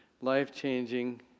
life-changing